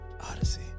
odyssey